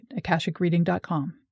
akashicreading.com